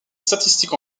statistiques